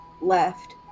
left